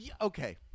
Okay